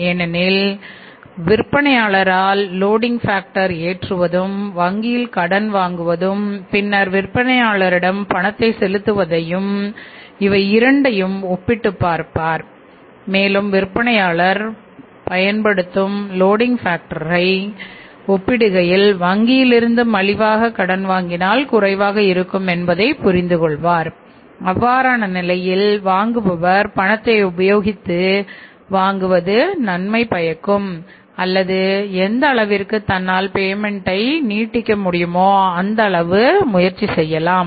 ஏனெனில் விற்பனையாளரால் loading factor நீட்டிக்க முடியுமோ அந்த அளவு முயற்சி செய்யலாம்